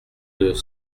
deux